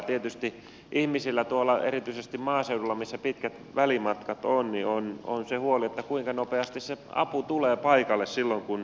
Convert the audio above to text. tietysti ihmisillä erityisesti maaseudulla missä on pitkät välimatkat on se huoli kuinka nopeasti se apu tulee paikalle silloin kun sitä tarvitaan